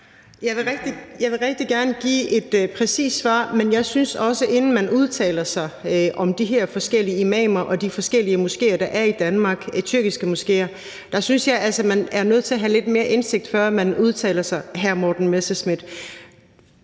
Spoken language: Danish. Jeg vil rigtig gerne give et præcist svar, men jeg synes også, at man, inden man udtaler sig om de her forskellige imamer og de forskellige tyrkiske moskéer, der er i Danmark, skal have lidt mere indsigt, hr. Morten Messerschmidt.